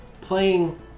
playing